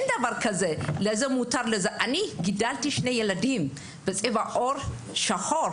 אני גידלתי שני ילדים בצבע עור שחור,